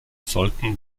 folgten